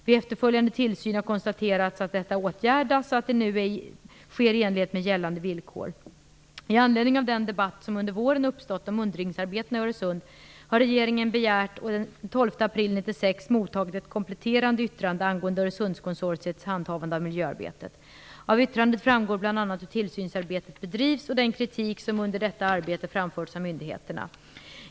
Vid efterföljande tillsyn har konstaterats att mätningsproceduren åtgärdats så att den nu är i enlighet med gällande villkor. I anledning av den debatt som under våren uppstått om muddringsarbetena i Öresund har regeringen begärt och den 12 april 1996 mottagit ett kompletterande yttrande angående Öresundskonsortiets handhavande av miljöarbetet. Av yttrandet framgår bl.a. hur tillsynsarbetet bedrivs och den kritik som under detta arbete framförts av myndigheterna.